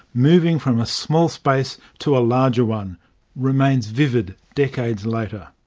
moving from a small space to a larger one' remains vivid decades later.